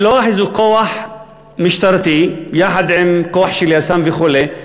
לשלוח איזה כוח משטרתי, יחד עם כוח של יס"מ וכו',